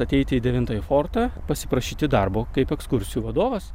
ateiti į devintąjį fortą pasiprašyti darbo kaip ekskursijų vadovas